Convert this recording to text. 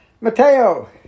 Mateo